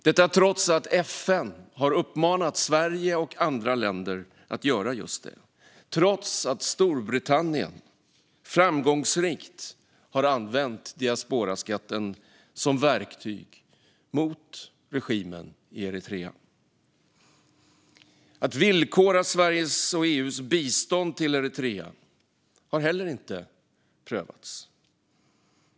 Detta trots att FN uppmanat Sverige och andra länder att göra just det och trots att Storbritannien framgångsrikt använt diasporaskatten som verktyg mot regimen i Eritrea. Att villkora Sveriges och EU:s bistånd till Eritrea har heller inte prövats.